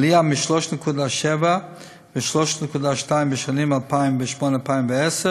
עלייה מ-3.7 ו-3.2 בשנים 2008 2010,